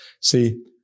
See